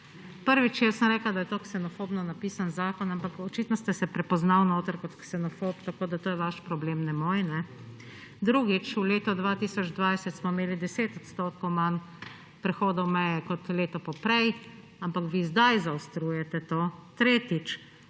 prvič. Rekla sem, da je to ksenofobno napisan zakon, ampak očitno ste se prepoznali notri kot ksenofob. Tako je to vaš problem, ne moj. Drugič, v letu 2020 smo imeli 10 odstotkov manj prehodov meje kot leto poprej, ampak vi zdaj zaostrujete to. Tretjič,